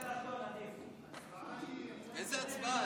איזו הצבעה?